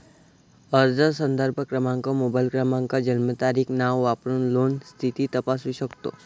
अर्ज संदर्भ क्रमांक, मोबाईल क्रमांक, जन्मतारीख, नाव वापरून लोन स्थिती तपासू शकतो